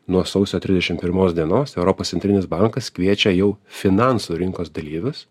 nuo sausio trisdešim pirmos dienos europos centrinis bankas kviečia jau finansų rinkos dalyvius